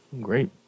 Great